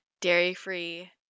dairy-free